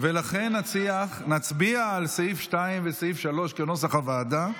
ולכן נצביע על סעיף 2 ועל סעיף 3 כנוסח הוועדה.